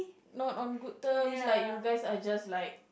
not on good terms like you guys are just like